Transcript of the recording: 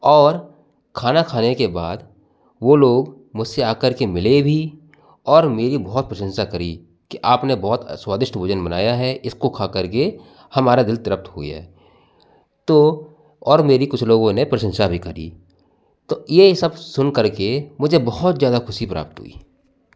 और खाना खाने के बाद वह लोग मुझसे आकर के मिले भी और मेरी बहुत प्रशंसा की कि आपने बहुत स्वादिष्ट भोजन बनाया हैं इसको खाकर के हमारा दिल तृप्त हो गया तो और मेरी कुछ लोगों ने प्रशंसा भी की तो यह सब सुनकर के मुझे बहुत ज़्यादा ख़ुशी प्राप्त हुई